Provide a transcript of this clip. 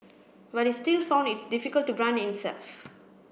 but it still found it difficult to brand itself